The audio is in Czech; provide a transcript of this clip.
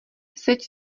seď